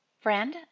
Friend